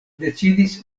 decidis